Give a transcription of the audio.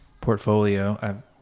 portfolio